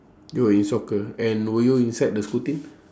you were in soccer and were you inside the school team